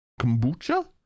Kombucha